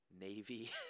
Navy